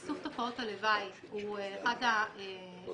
איסוף תופעות הלוואי הוא אחד המטלות,